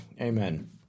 Amen